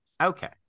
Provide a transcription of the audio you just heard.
Okay